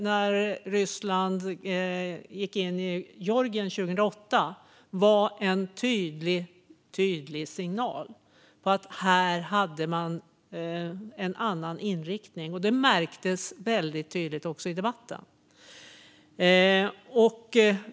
När Ryssland gick in i Georgien 2008 var det en tydlig signal om att de hade en annan inriktning. Det märktes också tydligt i debatten.